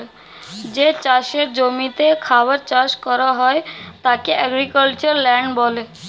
যে চাষের জমিতে খাবার চাষ করা হয় তাকে এগ্রিক্যালচারাল ল্যান্ড বলে